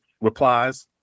replies